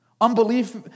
Unbelief